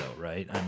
right